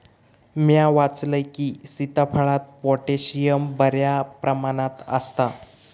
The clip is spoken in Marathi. म्या वाचलंय की, सीताफळात पोटॅशियम बऱ्या प्रमाणात आसता